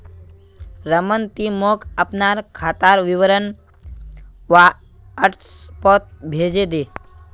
रमन ती मोक अपनार खातार विवरण व्हाट्सएपोत भेजे दे